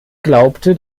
glaubte